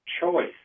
choice